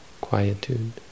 quietude